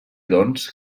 doncs